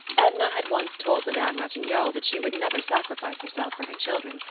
edna had once told madame ratignolle that she would never sacrifice herself for her children,